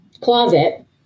closet